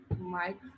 Mike